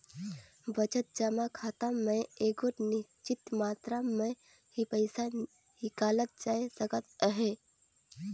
बचत जमा खाता में एगोट निच्चित मातरा में ही पइसा हिंकालल जाए सकत अहे